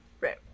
right